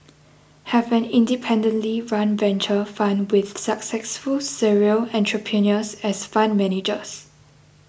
have an independently run venture fund with successful serial entrepreneurs as fund managers